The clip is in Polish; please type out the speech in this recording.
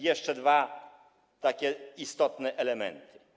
Jeszcze dwa takie istotne elementy.